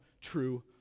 true